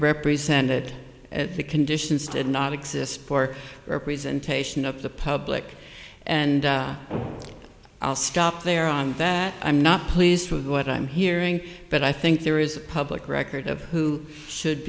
really presented at the conditions did not exist for representation of the public and i'll stop there on that i'm not pleased with what i'm hearing but i think there is public record of who should